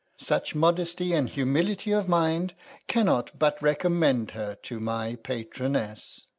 such modesty and humility of mind cannot but recommend her to my patroness.